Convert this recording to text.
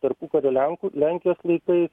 tarpukario lenkų lenkijos laikais